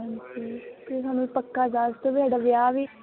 ਹਾਂਜੀ ਤੁਸੀਂ ਸਾਨੂੰ ਪੱਕਾ ਦੱਸ ਦਿਓ ਸਾਡਾ ਵਿਆਹ ਵੀ